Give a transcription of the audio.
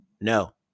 No